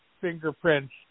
fingerprints